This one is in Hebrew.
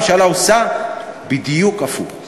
אם הבעל הוא פלסטיני על האישה להגר לשטחים כדי לחיות עמו חיי משפחה.